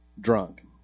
drunk